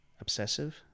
obsessive